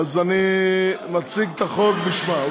אני מציג את החוק בשמה.